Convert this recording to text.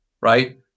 right